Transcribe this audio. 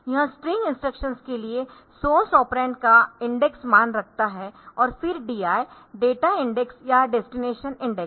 यह string instructions के लिए सोर्स ऑपरेंड का इंडेक्स मान रखता है और फिर DI डेटा इंडेक्स या डेस्टिनेशन इंडेक्स